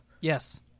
Yes